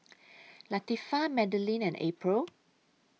Latifah Madelyn and April